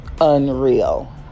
unreal